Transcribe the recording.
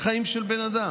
חיים של בן אדם.